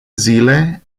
zile